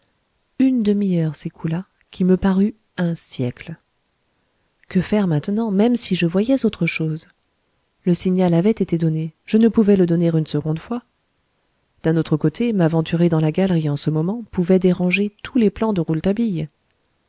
une demi-heure s'écoula qui me parut un siècle que faire maintenant même si je voyais autre chose le signal avait été donné je ne pouvais le donner une seconde fois d'un autre côté m'aventurer dans la galerie en ce moment pouvait déranger tous les plans de